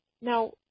Now